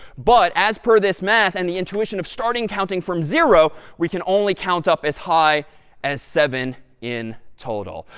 but as per this math and the intuition of starting counting from zero, we can only count up as high as seven in total.